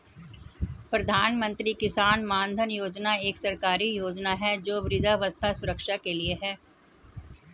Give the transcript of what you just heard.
प्रधानमंत्री किसान मानधन योजना एक सरकारी योजना है जो वृद्धावस्था सुरक्षा के लिए है